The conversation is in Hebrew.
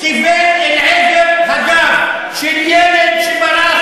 כיוון אל עבר הגב של ילד שברח,